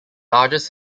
largest